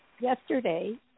Yesterday